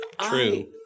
True